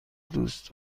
دوست